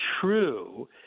true